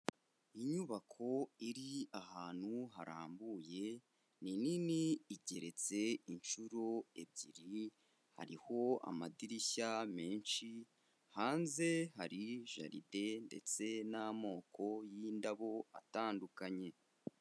Inyubako iri ahantu harambuye, ni nini igereretse inshuro ebyiri, hariho amadirishya menshi, hanze hari jaride, ndetse n'amoko y'indabo atandukanye.